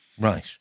Right